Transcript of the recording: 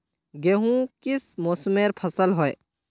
गेहूँ किस मौसमेर फसल होय?